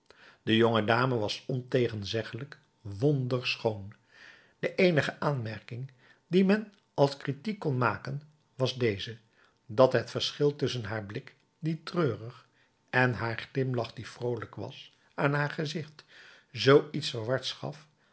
de jonge dame was ontegensprekelijk wonderschoon de eenige aanmerking die men als critiek kon maken was deze dat het verschil tusschen haar blik die treurig en haar glimlach die vroolijk was aan haar gezicht zoo iets verwards gaf